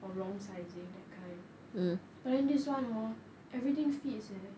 or wrong sizing that kind but this [one] hor everything fits eh